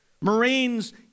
Marines